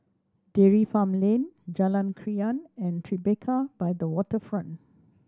Dairy Farm Lane Jalan Krian and Tribeca by the Waterfront